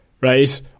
right